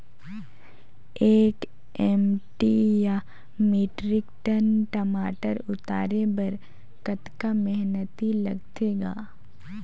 एक एम.टी या metric tonne टमाटर उतारे बर कतका मेहनती लगथे ग?